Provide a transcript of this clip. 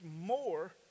more